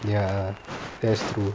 ya that's true